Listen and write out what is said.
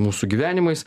mūsų gyvenimais